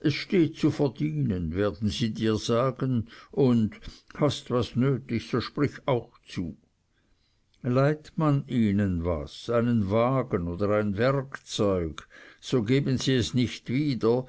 es steht zu verdienen werden sie dir sagen und hast was nötig so sprich auch zu leiht man ihnen etwas einen wagen oder ein werkzeug so geben sie es nicht wieder